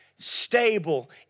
stable